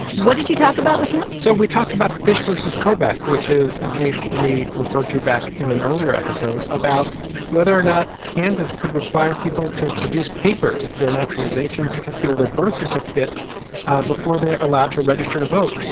what did you talk about with him? so we talked about fish versus kobach, which is a case we referred to back in an earlier episode about whether or not kansas could require people to produce papers, their naturalization certificate or their birth certificate before they're allowed to register to vote.